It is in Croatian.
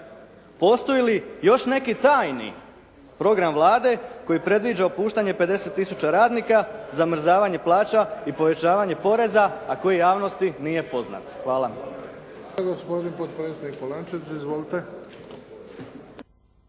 postoji li još neki tajni program Vlade koji predviđa otpuštanje 50 tisuća radnika, zamrzavanje plaća i povećavanje poreza a koji javnosti nije poznat? Hvala.